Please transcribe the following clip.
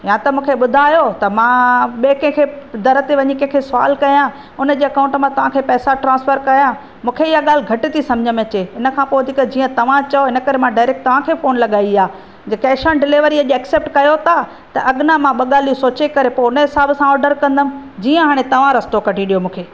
या त मूंखे ॿुधायो त मां ॿिए कंहिंखे दरि थिए वञी कंहिंखे सवालु कया उनजे अकाउंट में तव्हांखे पैसा ट्रांसफर कया मूंखे इअ ॻाल्हि घटि थी सम्झि में अचे उनखा पोइ तंहिंखा जीअं तव्हां चओ हिन करे मां डायरेक्ट तव्हांखे फोन लगाई आ जे कैश ऑन डिलीवरी अॼु ऐक्सैप्ट कयो ता त अॻु न मां ॿ ॻाल्हियूं सोचे करे पोइ हुन हिसब सां आर्डर कंदमि जीएं हाणे तव्हां रस्तो कढ़ी ॾियो मूंखे